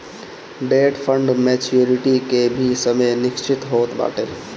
debt fund maturity के भी समय निश्चित होत बाटे